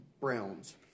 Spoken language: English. browns